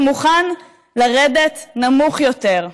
הוא מוכן "לרדת נמוך יותר".